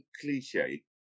cliche